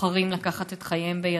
בוחרים לקחת את חייהם בידיהם.